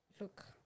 look